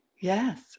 Yes